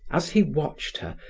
as he watched her,